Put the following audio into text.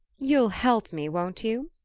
you'll help me, won't you?